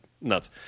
nuts